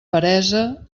peresa